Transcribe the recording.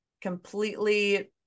completely